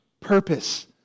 purpose